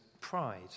pride